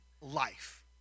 life